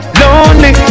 lonely